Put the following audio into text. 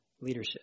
leadership